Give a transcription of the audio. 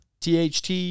THT